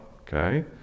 okay